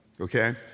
Okay